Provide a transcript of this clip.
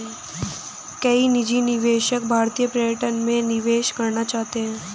कई निजी निवेशक भारतीय पर्यटन में निवेश करना चाहते हैं